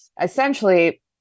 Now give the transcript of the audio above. essentially